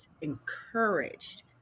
encouraged